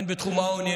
הן בתחום העוני,